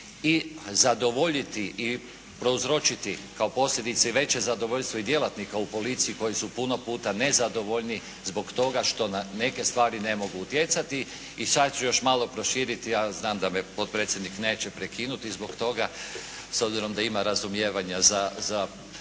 i zadovoljiti i prouzročiti kao posljedice i veće zadovoljstvo i djelatnika u policiji koji su puno puta nezadovoljni zbog toga što na neke stvari ne mogu utjecati. I sad ću još malo proširiti, ali znam da me potpredsjednik neće prekinuti zbog toga s obzirom da ima razumijevanja za